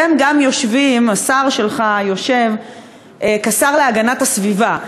השר שלך יושב כשר להגנת הסביבה.